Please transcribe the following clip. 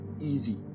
easy